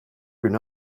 günü